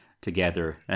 together